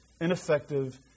ineffective